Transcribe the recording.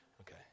Okay